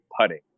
putting